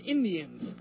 Indians